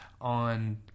on